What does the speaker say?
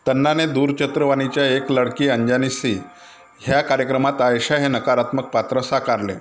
तन्नाने दूरचित्रवाणीच्या एक लडकी अंजानी सी ह्या कार्यक्रमात आयेशा हे नकारात्मक पात्र साकारले